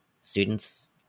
students